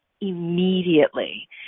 immediately